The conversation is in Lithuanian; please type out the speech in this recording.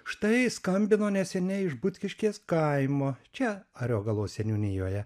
štai skambino neseniai iš butkiškės kaimo čia ariogalos seniūnijoje